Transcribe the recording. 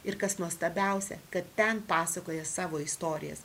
ir kas nuostabiausia kad ten pasakoja savo istorijas